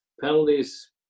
Penalties